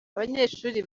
abanyeshuri